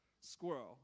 Squirrel